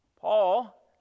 Paul